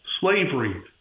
slavery